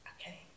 Okay